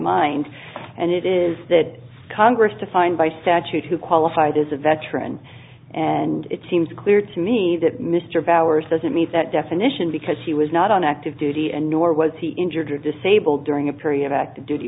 mind and it is that congress to find by statute who qualified as a veteran and it seems clear to me that no mr powers doesn't meet that definition because he was not on active duty and nor was he injured or disabled during a period of active duty